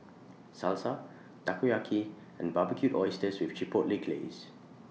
Salsa Takoyaki and Barbecued Oysters with Chipotle Glaze